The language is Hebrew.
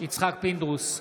יצחק פינדרוס,